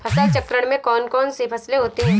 फसल चक्रण में कौन कौन सी फसलें होती हैं?